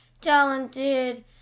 talented